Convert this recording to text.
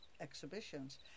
exhibitions